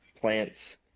plants